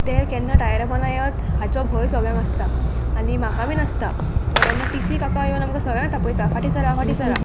ते केन्ना टायरा पोंदा येत हाचो भंय सगळ्यांक आसता आनी म्हाका बीन आसता तेन्ना टी सी काका येवन आमकां सगळ्यांक तापयता फाटी सरा फाटी सरा